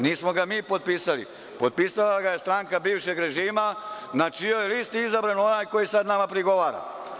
Nismo ga mi potpisali, potpisala ga je stranka bivšeg režima na čijoj listi je izabran onaj koji sad nama prigovara.